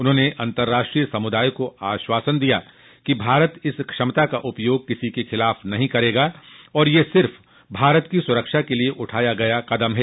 उन्होंने अंतर्राष्ट्रीय समुदाय को आश्वासन दिया कि भारत इस क्षमता का उपयोग किसी के खिलाफ नहीं करेगा और यह सिर्फ भारत की सुरक्षा के लिए उठाया गया कदम है